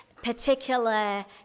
particular